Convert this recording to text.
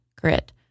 grit